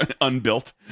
Unbuilt